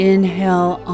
Inhale